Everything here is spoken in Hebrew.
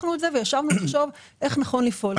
לקחנו את זה וישבנו לחשוב איך נכון לפעול.